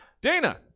Dana